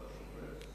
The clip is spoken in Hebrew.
על השופט?